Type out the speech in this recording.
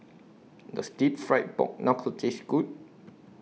Does Deep Fried Pork Knuckle Taste Good